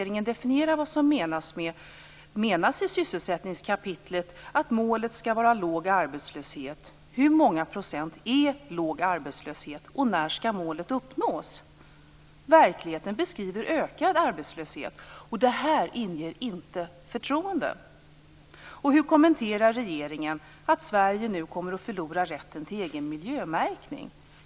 I sysselsättningskapitlet står att målet skall vara låg arbetslöshet. Hur definierar regeringen det? Hur många procent är låg arbetslöshet, och när skall målet uppnås? Verkligheten beskriver en ökad arbetslöshet, och det här inger inte förtroende. Hur kommenterar regeringen att Sverige nu kommer att förlora rätten till egen miljömärkning?